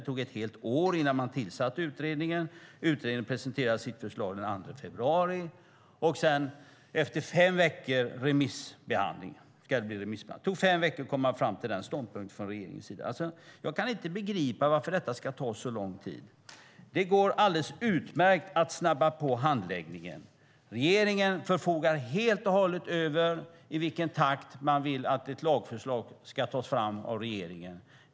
Det tog ett helt år innan man tillsatte utredningen. Utredningen presenterade sitt förslag den 2 februari. Efter fem veckor blir det nu remissbehandling. Det tog fem veckor att komma fram till den ståndpunkten från regeringens sida. Jag kan inte begripa varför detta ska ta så lång tid. Det går alldeles utmärkt att snabba på handläggningen. Regeringen förfogar helt och hållet över i vilken takt ett lagförslag tas fram.